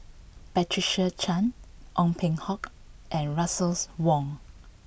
Patricia Chan Ong Peng Hock and Russel Wong